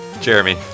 Jeremy